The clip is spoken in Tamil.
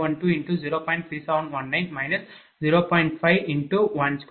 02 0